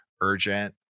urgent